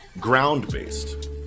ground-based